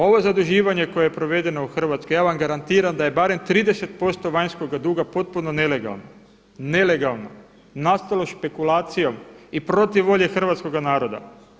Ovo zaduživanje koje je provedeno u Hrvatskoj ja vam garantiram da je barem 305 vanjskoga duga potpuno nelegalno, nelegalno nastalo špekulacijom i protiv volje hrvatskoga naroda.